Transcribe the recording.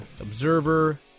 Observer